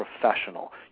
professional